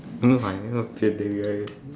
no I have not said that guy